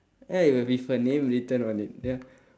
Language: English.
ya with her name written on it ya